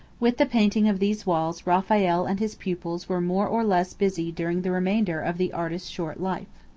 with the painting of these walls raphael and his pupils were more or less busy during the remainder of the artist's short life.